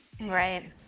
right